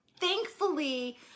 Thankfully